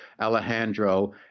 Alejandro